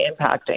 impacting